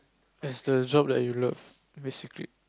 that's the job that you love basically